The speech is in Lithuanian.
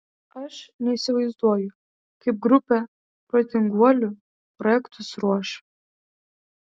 aš neįsivaizduoju kaip grupė protinguolių projektus ruoš